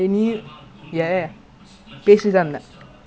wait hello யாரு யாரு:yaaru yaaru